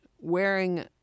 wearing